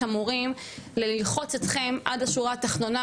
המורים ללחוץ אתכם עד השורה התחתונה,